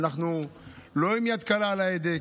אנחנו לא עם יד קלה על ההדק,